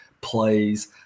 plays